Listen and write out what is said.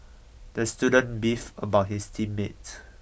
the student beefed about his team mates